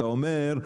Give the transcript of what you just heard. אתה אומר,